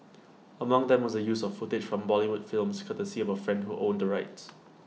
among them was the use of footage from Bollywood films courtesy of A friend who owned the rights